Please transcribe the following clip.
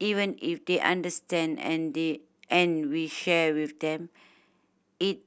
even if they understand and they and we share with them it